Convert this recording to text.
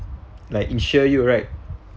like insure you right